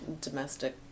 domestic